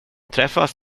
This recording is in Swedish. träffas